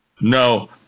No